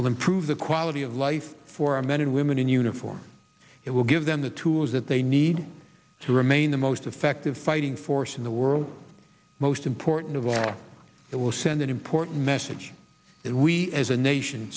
will improve the quality of life for our men and women in uniform it will give them the tools that they need to remain the most effective fighting force in the world most important of all it will send an important message that we as a nation